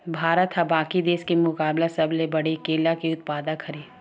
भारत हा बाकि देस के मुकाबला सबले बड़े केला के उत्पादक हरे